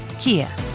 Kia